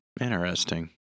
Interesting